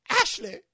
Ashley